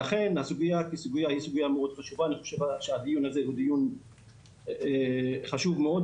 לכן אני חושב שהדיון הזה הוא חשוב מאוד,